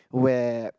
where